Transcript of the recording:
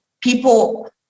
people